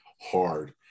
hard